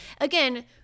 again